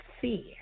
fear